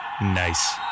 Nice